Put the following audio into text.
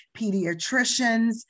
pediatricians